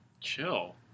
Chill